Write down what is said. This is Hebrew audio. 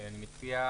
נציג